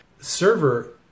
server